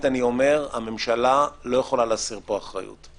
אני אומר שהממשלה לא יכולה להסיר פה אחריות.